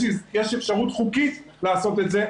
יש אפשרות חוקית לעשות את זה.